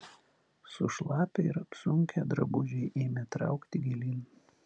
sušlapę ir apsunkę drabužiai ėmė traukti gilyn